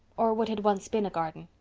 or what had once been a garden.